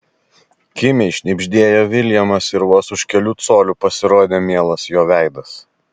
kimiai šnibžtelėjo viljamas ir vos už kelių colių pasirodė mielas jo veidas